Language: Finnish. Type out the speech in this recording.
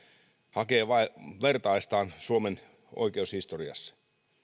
hakee vertaistaan suomen oikeushistoriassa